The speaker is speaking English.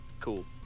cool